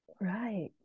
right